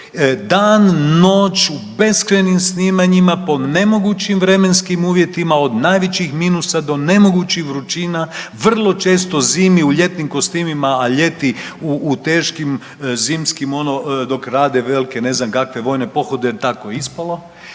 dan noć u beskrajnim snimanjima po nemogućim vremenskim uvjetima, od najvećih minusa do nemogućih vrućina, vrlo često zimi u ljetnim kostimima, a ljeti u teškim zimskim ono dok rade velike ne znam kakve vojne pohode jel tako je ispalo.